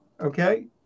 Okay